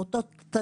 או אותו תלוי,